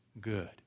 good